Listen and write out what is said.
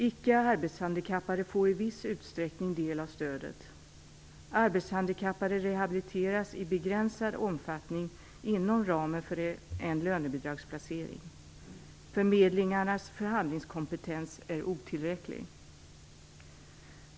Icke arbetshandikappade får i viss utsträckning del av stödet. Arbetshandikappade rehabiliteras i begränsad omfattning inom ramen för en lönebidragsplacering. Förmedlingarnas förhandlingskompetens är otillräcklig.